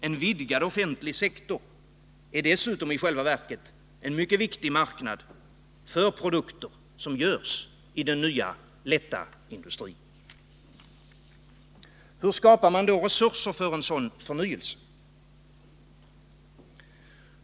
En vidgning av den offentliga sektorn medför dessutom i själva verket en mycket viktig marknad för produkter som görs i den nya lätta industrin. Hur skapar man då resurser för en sådan förnyelse?